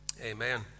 Amen